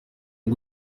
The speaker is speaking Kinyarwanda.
nko